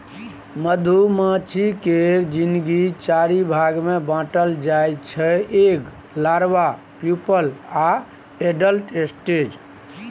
मधुमाछी केर जिनगी चारि भाग मे बाँटल जाइ छै एग, लारबा, प्युपल आ एडल्ट स्टेज